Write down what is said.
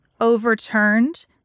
overturned